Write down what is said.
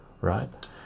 right